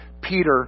Peter